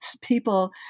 people